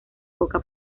poca